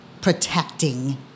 protecting